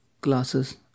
classes